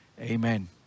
Amen